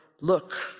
look